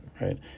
right